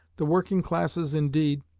the working classes indeed,